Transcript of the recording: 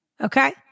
Okay